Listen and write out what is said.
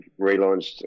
relaunched